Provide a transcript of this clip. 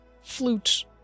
flute